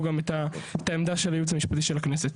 גם את העמדה של הייעוץ המשפטי של הכנסת.